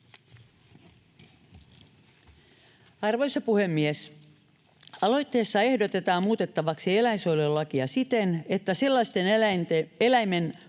Arvoisa puhemies! Aloitteessa ehdotetaan muutettavaksi eläinsuojelulakia siten, että sellaisten eläimen hoitoon